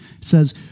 says